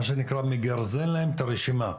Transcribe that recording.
מה שנקרא, מגרזן להם את הרשימה.